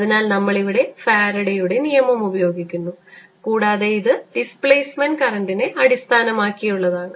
അതിനാൽ നമ്മൾ ഇവിടെ ഫാരഡെയുടെ നിയമം ഉപയോഗിക്കുന്നു കൂടാതെ ഇത് ഡിസ്പ്ലേസ്മെൻറ് കറൻറിനെ അടിസ്ഥാനമാക്കിയുള്ളതാണ്